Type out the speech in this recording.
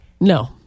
No